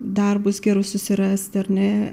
darbus gerus susirast ar ne